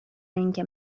اینکه